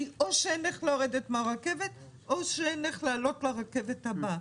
כי או שאין איך לרדת מן הרכבת או שאין איך לעלות לרכבת הבאה.